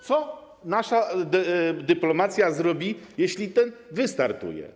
Co nasza dyplomacja zrobi, jeśli ten wystartuje?